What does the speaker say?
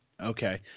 Okay